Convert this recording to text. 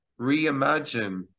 reimagine